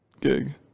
gig